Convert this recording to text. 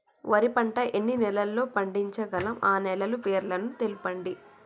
వరి పంట ఎన్ని నెలల్లో పండించగలం ఆ నెలల పేర్లను తెలుపండి?